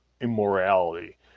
immorality